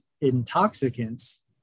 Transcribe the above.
intoxicants